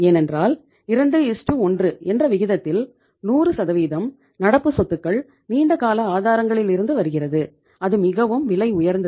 ஏனென்றால் 21 என்ற விகிதத்தில் 100 நடப்பு சொத்துக்கள் நீண்டகால ஆதாரங்களில் இருந்து வருகிறது அது மிகவும் விலை உயர்ந்தது